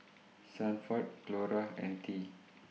Sanford Clora and Thea